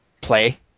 play